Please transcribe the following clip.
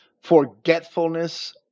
forgetfulness